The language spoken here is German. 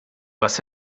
was